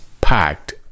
packed